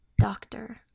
doctor